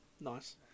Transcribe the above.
Nice